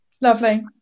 Lovely